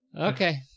Okay